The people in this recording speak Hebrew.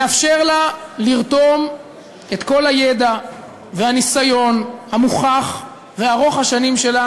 נאפשר לה לרתום את כל הידע והניסיון המוכח וארוך השנים שלה